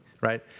right